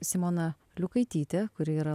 simona liukaitytė kuri yra